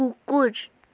कुकुर